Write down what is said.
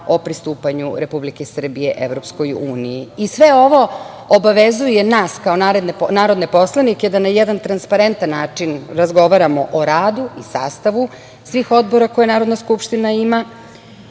o pristupanju Republike Srbije EU.Sve ovo obavezuje nas kao narodne poslanike da na jedan transparentan način razgovaramo o radu i sastavu svih odbora koje Narodna skupština ima,